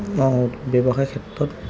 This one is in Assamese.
অঁ ব্যৱসায় ক্ষেত্ৰত